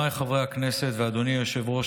חבריי חברי הכנסת ואדוני היושב-ראש,